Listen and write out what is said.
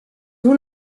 doe